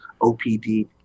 OPD